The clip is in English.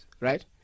right